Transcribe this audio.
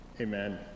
Amen